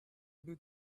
able